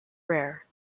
rare